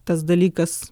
tas dalykas